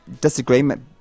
disagreement